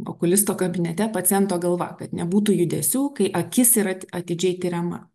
okulisto kabinete paciento galva kad nebūtų judesių kai akis yra atidžiai tiriama